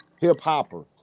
hip-hopper